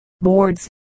boards